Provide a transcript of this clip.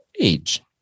age